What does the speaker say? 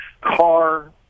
car